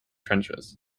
trenches